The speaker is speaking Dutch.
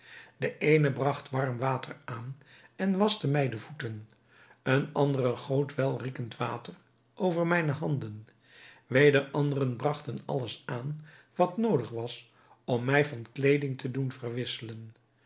de eene bragt warm water aan en waschte mij de voeten eene andere goot welriekend water over mijne handen weder anderen bragten alles aan wat noodig was om mij van kleeding te doen verwisselen